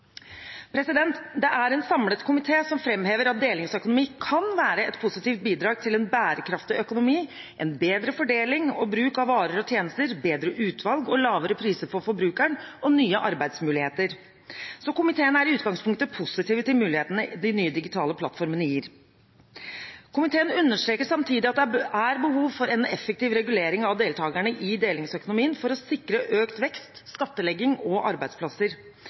Det er en samlet komité som framhever at delingsøkonomi kan være et positivt bidrag til en bærekraftig økonomi, en bedre fordeling og bruk av varer og tjenester, bedre utvalg og lavere priser for forbrukeren og nye arbeidsmuligheter. Så komiteen er i utgangspunktet positiv til mulighetene de nye digitale plattformene gir. Komiteen understreker samtidig at det er behov for en effektiv regulering av deltakerne i delingsøkonomien for å sikre økt vekst, skattlegging og arbeidsplasser.